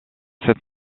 cette